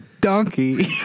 donkey